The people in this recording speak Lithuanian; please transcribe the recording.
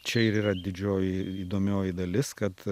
čia ir yra didžioji įdomioji dalis kad